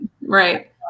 Right